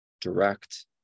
direct